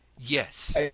yes